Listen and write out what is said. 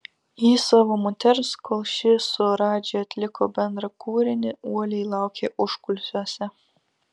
jis savo moters kol ši su radži atliko bendrą kūrinį uoliai laukė užkulisiuose